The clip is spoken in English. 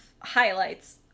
highlights